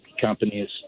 companies